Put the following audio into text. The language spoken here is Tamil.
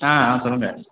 ஆ ஆ சொல்லுங்கள்